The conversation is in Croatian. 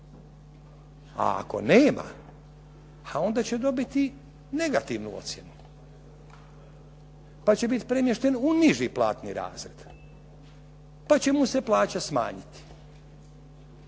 a ako nema onda će dobiti negativnu ocjenu, pa će biti premješten u niži platni razred, pa će mu se plaća smanjiti.